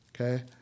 Okay